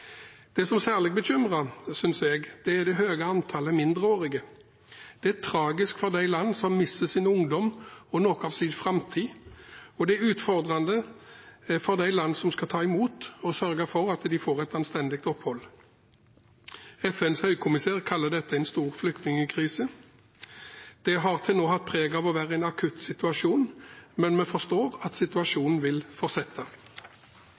Det som særlig bekymrer, synes jeg, er det høye antallet mindreårige. Det er tragisk for de landene som mister sin ungdom og noe av sin framtid, og det er utfordrende for de landene som skal ta imot og sørge for at de får et anstendig opphold. FNs høykommissær kaller dette en stor flyktningkrise. Det har til nå hatt preg av å være en akutt situasjon, men vi forstår at situasjonen vil fortsette.